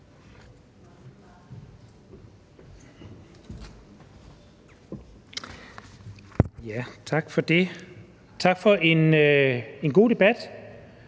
Tak for det. Tak for en god debat.